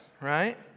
Right